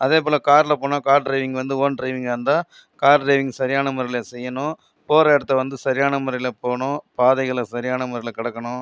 அதே போல காரில் போன கார் டிரைவிங் வந்து ஓன் ட்ரைவிங்காக இருந்தால் கார் டிரைவிங் சரியான முறையில் செய்யணும் போகிற இடத்த வந்து சரியான முறையில் போணும் பாதைகளை சரியான முறையில் கடக்கணும்